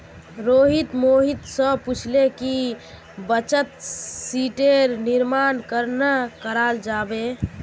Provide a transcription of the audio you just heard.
रोहित मोहित स पूछले कि बचत शीटेर निर्माण कन्ना कराल जाबे